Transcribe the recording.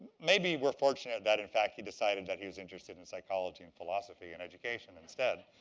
maybe we're fortunate that, in fact, he decided that he was interested in psychology and philosophy and education instead.